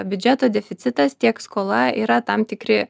biudžeto deficitas tiek skola yra tam tikri